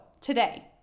today